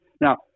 now